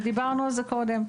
ודיברנו על זה קודם.